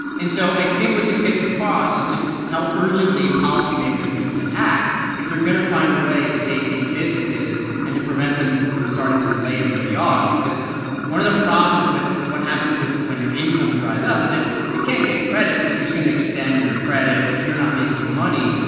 and so i think what this gets across is just how urgently policymakers need to act if they're going to find a way to save these businesses and to prevent them from starting to lay everybody off because one of the problems with what happens when your income dries up is that you can't get credit because, who's going to extend your credit if you're not making money?